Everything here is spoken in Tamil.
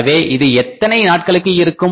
எனவே இது எத்தனை நாட்களுக்கு இருக்கும்